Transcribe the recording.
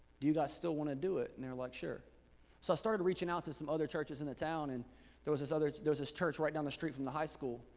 do you guys still wanna do it? and they're like, sure. so i started reaching out to some other churches in the town and there was this other there was this church right down the street from the high school,